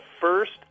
first